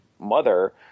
mother